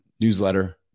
newsletter